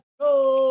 go